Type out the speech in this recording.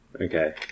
Okay